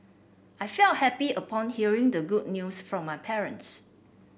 I felt happy upon hearing the good news from my parents